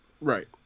Right